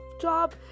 job